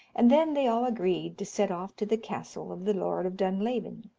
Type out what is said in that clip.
and then they all agreed to set off to the castle of the lord of dunlavin,